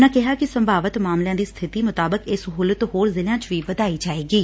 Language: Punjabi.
ਉਨ੍ਹਾਂ ਕਿਹਾ ਕਿ ਸੰਭਾਵਤ ਮਾਮਲਿਆਂ ਦੀ ਸਬਿਤੀ ਮੁਤਾਬਿਕ ਇਹ ਸਹੂਲਤ ਹੋਰ ਜ਼ਿਲਿਆ ਚ ਵੀ ਵਧਾਈ ਜਾਏਗੀ